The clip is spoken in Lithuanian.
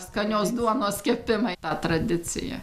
skanios duonos kepimą tą tradiciją